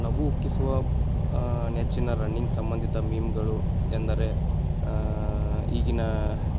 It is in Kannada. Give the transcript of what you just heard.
ನಗು ಉಕ್ಕಿಸುವ ನೆಚ್ಚಿನ ರಣ್ಣಿಂಗ್ ಸಂಬಂಧಿತ ಮೀಮ್ಗಳು ಎಂದರೆ ಈಗಿನ